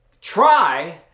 try